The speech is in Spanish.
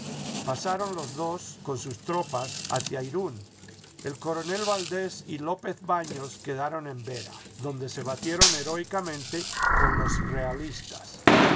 pasaron los dos con sus tropas hacia irún el coronel valdés y lópez baños quedaron en vera donde se batieron heroicamente con los realistas